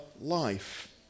life